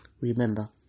Remember